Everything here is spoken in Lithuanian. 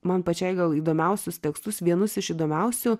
man pačiai gal įdomiausius tekstus vienus iš įdomiausių